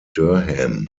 durham